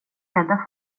rädda